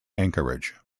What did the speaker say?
anchorage